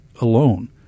alone